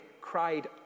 cried